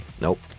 Nope